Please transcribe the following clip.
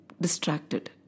distracted